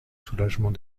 soulagement